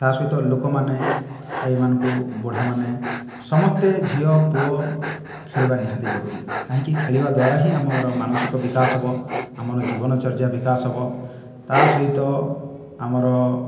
ତା'ସହିତ ଲୋକମାନେ ଆଈମାନଙ୍କୁ ବୁଢ଼ାମାନେ ସମସ୍ତେ ଝିଅ ପୁଅ ଖେଳିବା ନିହାତି ଜରୁରୀ କାହିଁକି ଖେଳିବା ଦ୍ୱାରା ହିଁ ଆମର ମାନସିକ ବିକାଶ ହେବ ଆମର ଜୀବନ ଚର୍ଯ୍ୟା ବିକାଶ ହେବ ତା'ସହିତ ଆମର